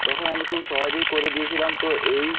তখন আমি খুব সহজেই করে দিয়েছিলাম তো এই